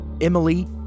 Emily